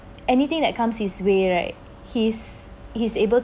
anything that comes his way right he's he's able